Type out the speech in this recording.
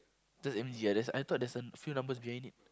just M_G ah there's I thought there's a few numbers behind it